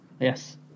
Yes